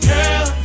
Girl